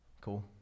cool